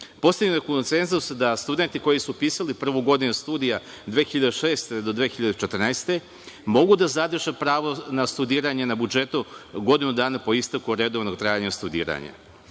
je konsenzus da studenti koji su upisali prvu godinu studija 2006. do 2014. godine mogu da zadrže pravo na studiranje na budžetu godinu dana po isteku redovnog trajanja studiranja.